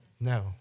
No